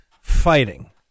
fighting